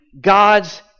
God's